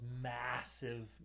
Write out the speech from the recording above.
massive